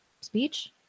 speech